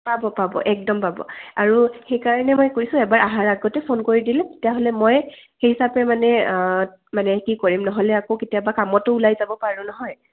পাব পাব একদম পাব আৰু সেইকাৰণে মই কৈছোঁ এবাৰ অহাৰ আগতে ফোন কৰি দিলে তেতিয়াহ'লে মই সেই হিচাপে মানে মানে কি কৰিম নহ'লে আকৌ কেতিয়াবা কামতো ওলাই যাব পাৰোঁ নহয়